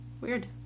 Weird